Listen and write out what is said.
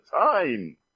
time